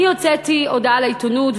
אני הוצאתי הודעתי לעיתונות,